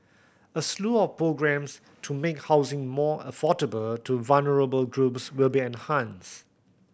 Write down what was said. a slew of programmes to make housing more affordable to vulnerable groups will be enhanced